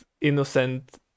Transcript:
innocent